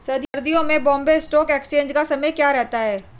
सर्दियों में Bombay stock exchange का समय क्या रहता है?